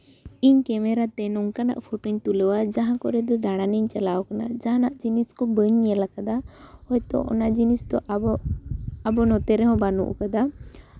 ᱤᱧ ᱠᱮᱢᱮᱨᱟᱛᱮ ᱱᱚᱝᱠᱟᱱᱟᱜ ᱯᱷᱳᱴᱚᱧ ᱛᱩᱞᱟᱹᱣᱟ ᱡᱟᱦᱟᱸ ᱠᱚᱨᱮ ᱫᱚ ᱫᱟᱬᱟᱱᱤᱧ ᱪᱟᱞᱟᱣ ᱠᱟᱱᱟ ᱚᱱᱠᱟᱱᱟᱜ ᱡᱤᱱᱤᱥ ᱠᱚ ᱵᱟᱹᱧ ᱧᱮᱞ ᱠᱟᱫᱟ ᱦᱚᱭᱛᱚ ᱚᱱᱟ ᱡᱤᱱᱤᱥ ᱫᱚ ᱟᱵᱚ ᱱᱚᱛᱮ ᱨᱮᱦᱚᱸ ᱵᱟᱹᱱᱩᱜ ᱠᱟᱫᱟ